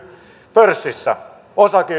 pörssissä